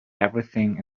everything